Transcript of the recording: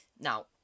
Now